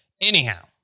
Anyhow